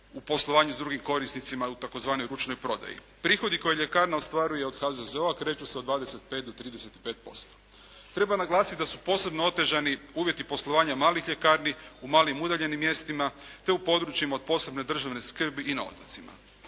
u poslovanju sa drugim korisnicima u tzv. ručnoj prodaji. Prihodi koje ljekarna ostvaruje od HZZO-a kreću se od 25 do 35%. Treba naglasiti da su posebno otežani uvjeti poslovanja malih ljekarni u malim udaljenim mjestima, te u područjima od posebne državne skrbi i na otocima.